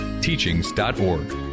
teachings.org